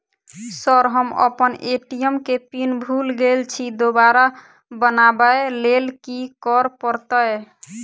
Sir हम अप्पन ATM केँ पिन भूल गेल छी दोबारा बनाबै लेल की करऽ परतै?